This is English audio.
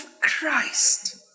Christ